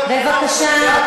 בבקשה.